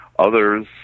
Others